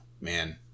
Man